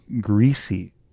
greasy